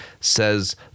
says